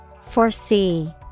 Foresee